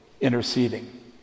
interceding